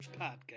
Podcast